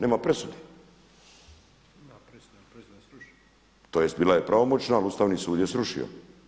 Nema presude [[Upadica iz klupe.]] Tj. bila je pravomoćna, ali Ustavni sud je srušio.